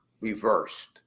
reversed